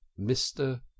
Mr